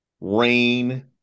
rain